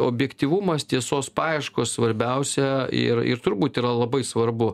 objektyvumas tiesos paieškos svarbiausia ir ir turbūt yra labai svarbu